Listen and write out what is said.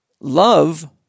Love